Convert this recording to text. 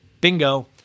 Bingo